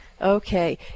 Okay